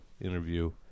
interview